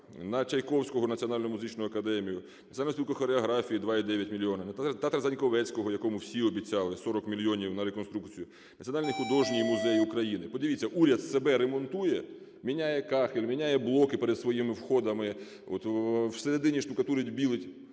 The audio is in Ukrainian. Карпенка-Карого, на Національну музичну академію імені Чайковського, Національну спілка хореографії - 2,9 мільйона; театр Заньковецької, якому всі обіцяли 40 мільйонів на реконструкцію; Національний художній музей України. Подивіться, уряд себе ремонтує: міняє кахель, міняє блоки перед своїми входами, всередині штукарить-білить.